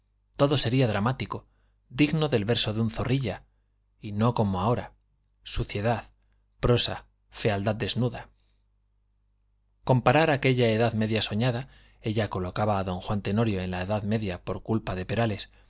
todo sería dramático digno del verso de un zorrilla y no como ahora suciedad prosa fealdad desnuda comparar aquella edad media soñada ella colocaba a d juan tenorio en la edad media por culpa de